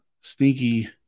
sneaky